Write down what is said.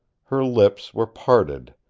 her lips were parted.